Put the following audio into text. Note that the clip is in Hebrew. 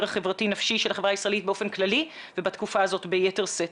החברתי נפשי של החברה הישראלית באופן כללי ובתקופה הזאת ביתר שאת.